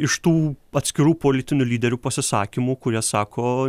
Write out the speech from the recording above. iš tų atskirų politinių lyderių pasisakymų kurie sako